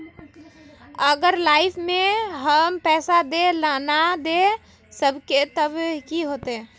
अगर लाइफ में हम पैसा दे ला ना सकबे तब की होते?